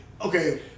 Okay